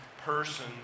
person